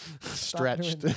stretched